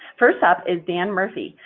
first up is dan murphy,